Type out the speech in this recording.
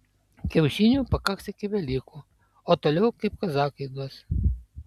kiaušinių pakaks iki velykų o toliau kaip kazachai duos